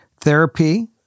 Therapy